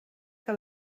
que